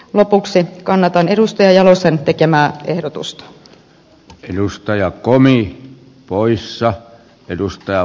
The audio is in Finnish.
lopuksi kannatan edustaja jalosen tekemää ehdotusta